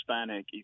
Hispanic